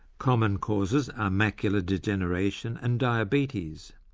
common causes are macular degeneration and diabetes.